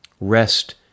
Rest